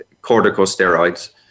corticosteroids